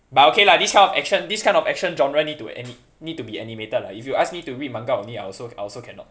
but okay lah this kind of action this kind of action genre need to ani~ need to be animated lah if you ask me to read manga only I also I also cannot